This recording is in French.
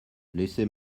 laissez